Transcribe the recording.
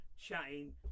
chatting